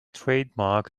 trademark